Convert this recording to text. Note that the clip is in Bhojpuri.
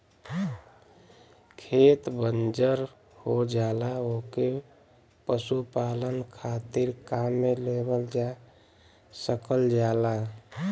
खेत बंजर हो जाला ओके पशुपालन खातिर काम में लेवल जा सकल जाला